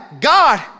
God